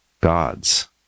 gods